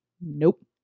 nope